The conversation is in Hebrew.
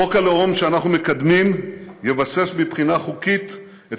חוק הלאום שאנחנו מקדמים יבסס מבחינה חוקית את